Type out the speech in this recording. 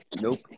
Nope